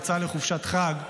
יצא לחופשת חג,